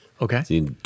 Okay